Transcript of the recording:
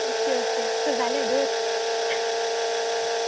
okay okay चल जालें दोवोर